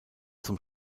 zum